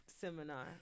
Seminar